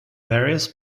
various